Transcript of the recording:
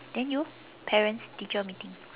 then you parents teacher meeting